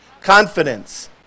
Confidence